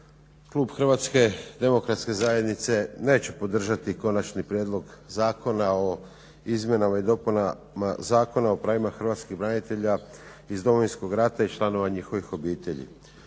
klub Hrvatske demokratske zajednice neće podržati Konačni prijedlog zakona o izmjenama i dopunama Zakona o pravima hrvatskih branitelja iz Domovinskog rata i članova njihovih obitelji.